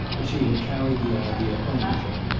but she had carried the idea home with her,